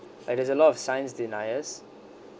like there's a lot of science deniers